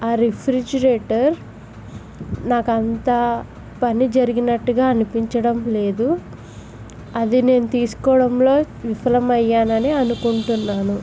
ఆ రిఫ్రిజిరేటర్ నాకంత పని జరిగినట్టుగా అనిపించడం లేదు అది నేను తీసుకోవడంలో విఫలం అయ్యానని అనుకుంటున్నాను